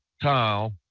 tile